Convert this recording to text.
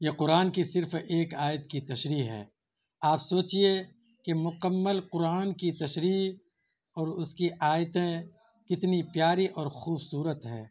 یہ قرآن کی صرف ایک آیت کی تشریح ہے آپ سوچیے کہ مکمل قرآن کی تشریح اور اس کی آیتیں کتنی پیاری اور خوبصورت ہیں